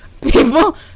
people